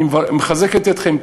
אני מחזק את ידיכם,